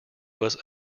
was